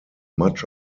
much